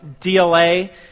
DLA